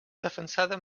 defensada